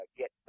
get